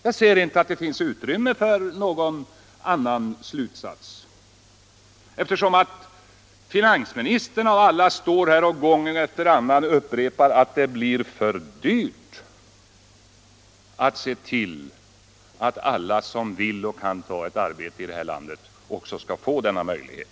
Jag kan inte se att någon annan slutsats är motiverad, eftersom just finansministern här gång efter annan upprepar att det blir för dyrt att ordna så att alla som vill och kan ta ett arbete här i landet också får denna möjlighet.